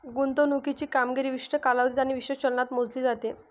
गुंतवणुकीची कामगिरी विशिष्ट कालावधीत आणि विशिष्ट चलनात मोजली जाते